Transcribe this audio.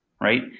right